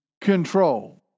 control